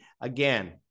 Again